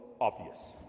obvious